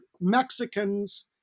Mexicans